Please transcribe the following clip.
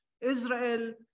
Israel